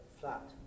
flat